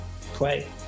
play